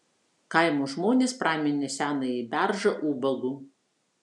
kaimo žmonės praminė senąjį beržą ubagu